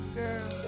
girl